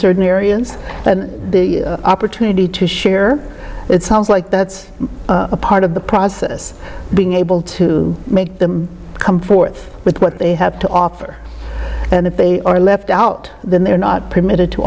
certain areas and the opportunity to share it sounds like that's a part of the process being able to make them come forth with what they have to offer and if they are left out then they're not permitted to